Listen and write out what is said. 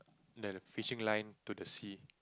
the fishing line to the sea